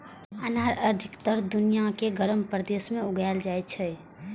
अनार अधिकतर दुनिया के गर्म प्रदेश मे उगाएल जाइ छै